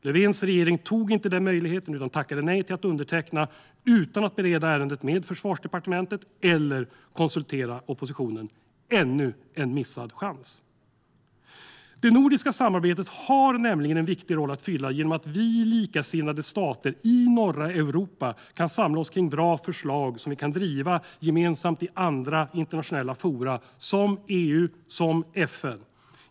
Löfvens regering tog inte den möjligheten utan tackade nej till att underteckna, utan att bereda ärendet med Försvarsdepartementet eller konsultera oppositionen. Det var ännu en missad chans. Det nordiska samarbetet har nämligen en viktig roll att fylla genom att vi likasinnade stater i norra Europa kan samla oss kring bra förslag som vi kan driva gemensamt i andra internationella forum, som EU och FN.